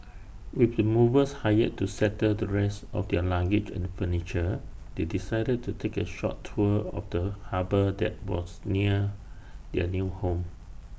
with the movers hired to settle the rest of their luggage and furniture they decided to take A short tour of the harbour that was near their new home